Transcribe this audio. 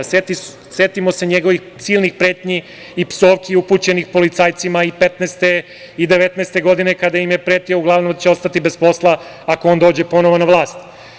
Setimo se njegovih silnih pretnji i psovki upućenih policajcima i 2015. i 2019. godine kada im je pretio da će ostati bez posla ako on dođe ponovo na vlast.